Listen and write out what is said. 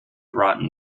rotten